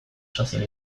sozial